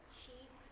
cheap